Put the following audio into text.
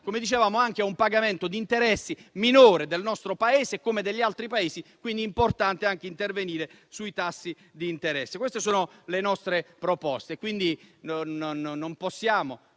come dicevamo - porterà anche a un pagamento di interessi minore per il nostro Paese, così come per gli altri. È quindi importante intervenire sui tassi di interesse. Queste sono le nostre proposte.